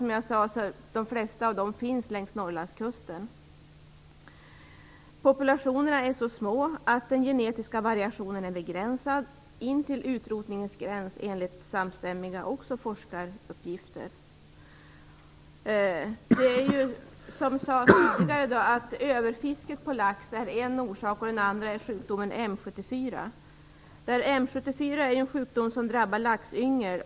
Som jag sade finns de flesta av älvarna längs Norrlandskusten. Populationerna är så små att den genetiska variationen är begränsad in till utrotningens gräns, enligt samstämmiga forskaruppgifter. Som tidigare har sagts är det överfisket på lax som är en orsak. Den andra orsaken är sjukdomen M 74. Den drabbar laxyngel.